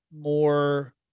more